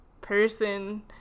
person-